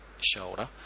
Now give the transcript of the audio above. shoulder